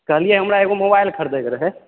कहलियै हमरा एगो मोबाइल खरीदैके रहै